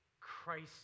Christ